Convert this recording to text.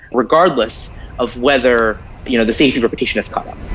regardless of whether you know the safety reputation has caught up.